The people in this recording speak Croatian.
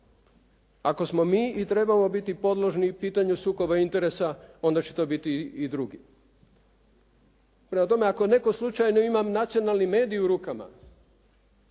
Ako smo mi i trebamo biti podložni pitanju sukobu interesa, onda će to biti i drugi. Prema tome, ako netko slučajno ima nacionalni medij u rukama